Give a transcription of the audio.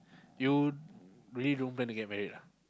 you really don't plan to get married ah